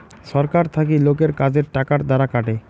ছরকার থাকি লোকের কাজের টাকার দ্বারা কাটে